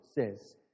says